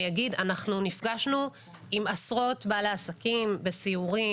אנחנו נפגשנו עם עשרות בעלי עסקים בסיורים,